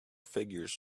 figures